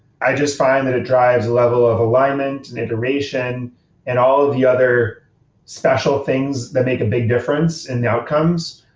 i just find that it drives a level of alignment, and iteration and all of the other special things that make a big difference and the outcomes,